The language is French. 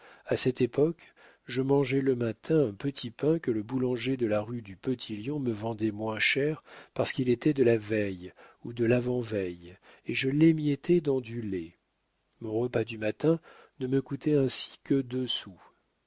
à cette époque je mangeais le matin un petit pain que le boulanger de la rue du petit lion me vendait moins cher parce qu'il était de la veille ou de l'avant-veille et je l'émiettais dans du lait mon repas du matin ne me coûtait ainsi que deux